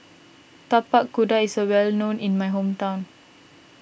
Tapak Kuda is a well known in my hometown